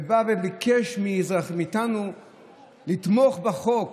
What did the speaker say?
הוא בא וביקש מאיתנו לתמוך בחוק.